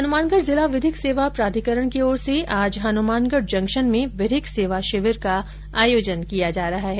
हनुमानगढ़ जिला विधिक सेवा प्राधिकरण की ओर से आज हनुमानगढ़ जंक्शन में विधिक सेवा शिविर का आयोजन किया जा रहा है